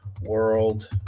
World